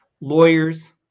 lawyers